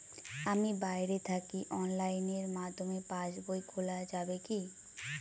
আমি বাইরে থাকি অনলাইনের মাধ্যমে পাস বই খোলা যাবে কি?